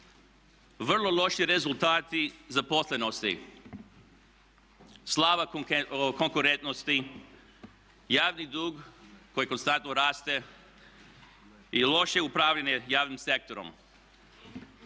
Vrlo loši rezultati zaposlenosti, slaba konkurentnost, javni dug koji konstantno raste i loše upravljanje javnim sektorom.